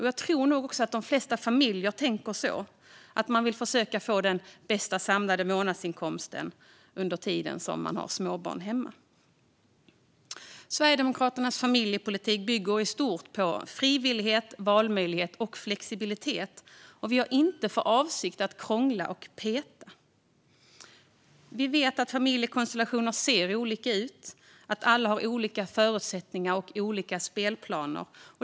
Jag tror nog också att de flesta familjer tänker så och att de vill försöka att få den bästa samlade månadsinkomsten under den tid de har småbarn hemma. Sverigedemokraternas familjepolitik bygger i stort på frivillighet, valmöjlighet och flexibilitet. Vi har inte för avsikt att krångla och peta. Vi vet att familjekonstellationer ser olika ut och att alla har olika förutsättningar och olika spelplaner.